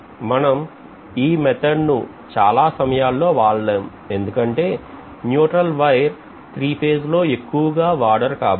మనం ఈ పద్ధతి ను చాలా సమయాల్లో వాడలేం ఎందుకంటే nuetral వైర్ను 3 ఫేజ్ లో ఎక్కువగా వాడరు కాబట్టి